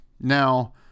Now